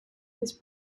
his